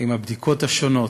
עם הבדיקות השונות,